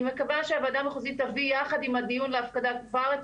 אני מקווה שהוועדה המחוזית תביא יחד עם הדיון להפקדה כבר את